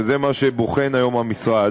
וזה מה שבוחן היום המשרד,